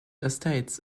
estates